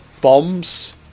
bombs